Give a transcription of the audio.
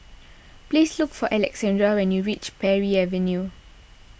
please look for Alexandra when you reach Parry Avenue